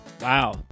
Wow